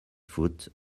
foot